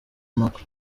macron